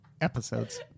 Episodes